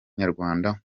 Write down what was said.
nyarwanda